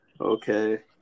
Okay